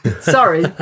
sorry